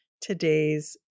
today's